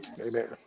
Amen